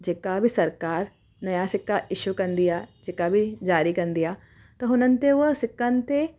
जेका बि सरकार नया सिक्का इशू कंदी आहे जेका बि ज़ारी कंदी आहे त हुननि ते हूअ सिक्कनि ते